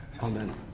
Amen